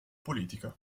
politica